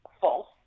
false